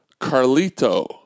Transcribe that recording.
Carlito